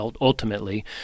Ultimately